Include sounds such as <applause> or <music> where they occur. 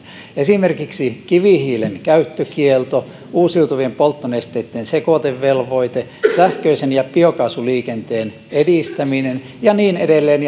esimerkiksi kivihiilen käyttökielto uusiutuvien polttonesteitten sekoitevelvoite sähköisen ja biokaasuliikenteen edistäminen ja niin edelleen <unintelligible>